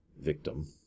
victim